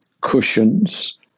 cushions